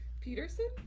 Peterson